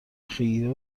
خیره